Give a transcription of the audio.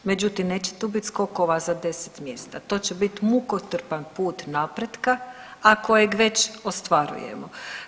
Međutim, neće tu biti skokova za deset mjesta, to će biti mukotrpan put napretka, a kojeg već ostvarujemo.